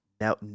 Now